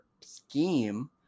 scheme